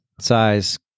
size